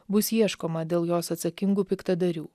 bus ieškoma dėl jos atsakingų piktadarių